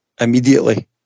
immediately